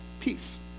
peace